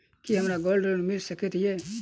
की हमरा gold loan मिल सकैत ये?